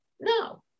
No